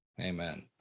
Amen